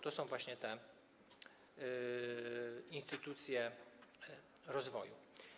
To są właśnie te instytucje rozwoju.